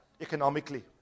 Economically